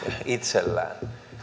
itsellään